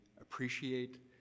appreciate